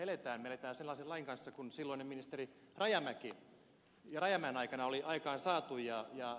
me elämme sellaisen lain kanssa kuin silloisen ministeri rajamäen aikana oli aikaansaatu